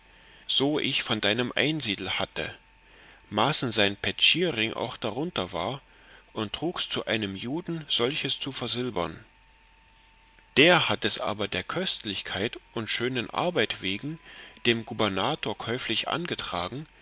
so ich von deinem einsiedel hatte maßen sein petschierring auch darunter war und trugs zu einem juden solches zu versilbern der hat es aber der köstlichkeit und schönen arbeit wegen dem gubernator käuflich angetragen